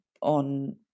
on